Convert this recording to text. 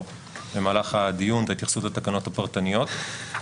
או במהלך הדיון והתייחסות לתקנות הפרטניות.